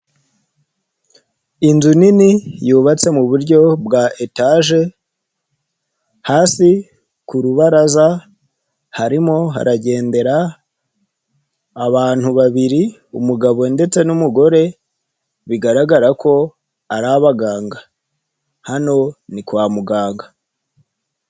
Inzu nini yubatse mu buryo bwa etaje, hasi ku rubaraza harimo haragendera abantu babiri umugabo ndetse n'umugore bigaragara ko ari abaganga, hano ni kwa muganga.